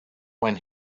when